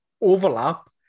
overlap